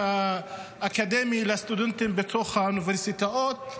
האקדמי של סטודנטים בתוך האוניברסיטאות.